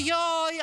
אוי,